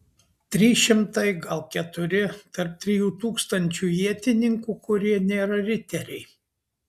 trys šimtai gal keturi tarp trijų tūkstančių ietininkų kurie nėra riteriai